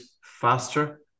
faster